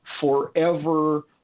forever